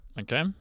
Okay